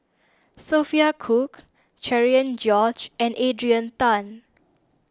Sophia Cooke Cherian George and Adrian Tan